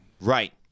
Right